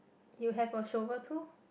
you have a shovel too